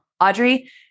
Audrey